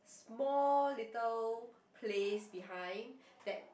small little place behind that